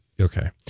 okay